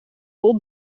vol